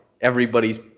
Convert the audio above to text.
Everybody's